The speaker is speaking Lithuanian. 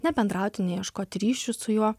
nebendrauti neieškoti ryšių su juo